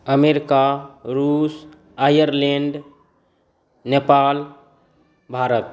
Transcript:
America रूस Ireland Nepal Bharat